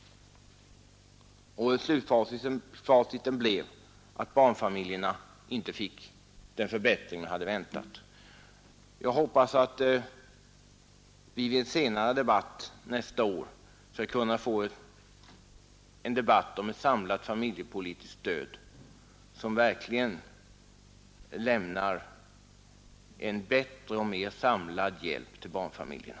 Slutfacit blev att barnfamiljerna inte fick den förbättring man hade väntat. Jag hoppas att vi nästa år skall kunna få en debatt om ett samlat familjepolitiskt stöd vilket verkligen lämnar en bättre och mer samlad hjälp till barnfamiljerna.